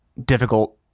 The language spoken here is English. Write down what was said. difficult